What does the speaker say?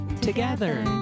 Together